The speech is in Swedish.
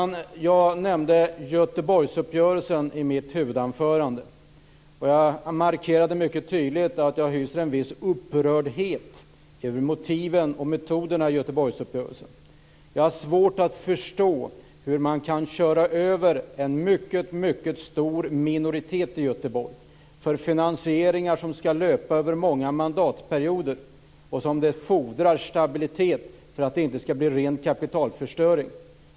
Jag nämnde Göteborgsuppgörelsen i mitt huvudanförande. Jag markerade mycket tydligt att jag hyser en viss upprördhet över motiven och metoderna i Göteborgsuppgörelsen. Jag har svårt att förstå hur man kan köra över en mycket stor minoritet i Göteborg i fråga om finansieringar som skall löpa över många mandatperioder och där det fordras stabilitet för att det inte skall bli ren kapitalförstöring.